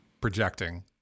projecting